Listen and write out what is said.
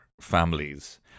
families